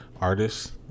artists